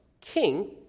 king